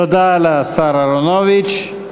תודה לשר אהרונוביץ.